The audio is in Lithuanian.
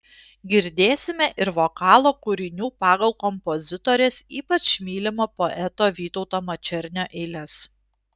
girdėsime ir vokalo kūrinių pagal kompozitorės ypač mylimo poeto vytauto mačernio eiles